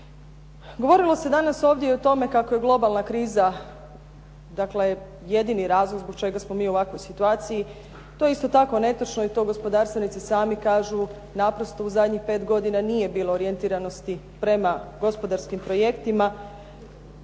Govorilo se danas ovdje i o tome kako je globalna kriza dakle, jedini razlog zbog čega smo mi u ovakvoj situaciji, to je isto tako netočno i to gospodarstvenici sami kažu naprosto u zadnjih pet godina nije bilo orjentiranosti prema gospodarskim projektima.